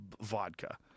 vodka